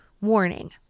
warning